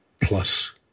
plus